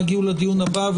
לוחות הזמנים ברורים.